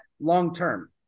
long-term